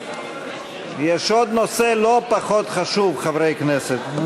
יש עוד נושא לא פחות חשוב, חברי הכנסת.